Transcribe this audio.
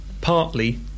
partly